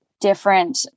different